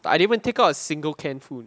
I didn't take out a single canned food